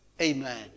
amen